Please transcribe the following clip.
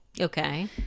okay